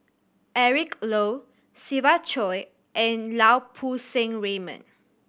Eric Low Siva Choy and Lau Poo Seng Raymond